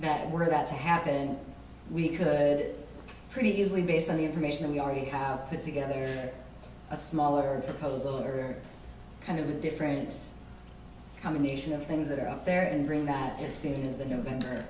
that were about to happen we could pretty easily based on the information we already have put together a smaller proposal or any kind of a difference coming nation of things that are out there and bring that is seen as the november